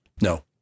No